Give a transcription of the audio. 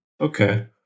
Okay